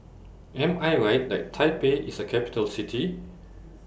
Am I Right that Taipei IS A Capital City